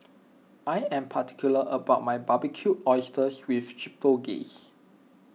I am particular about my Barbecued Oysters with Chipotle Glaze